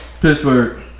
Pittsburgh